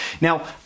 Now